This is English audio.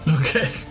Okay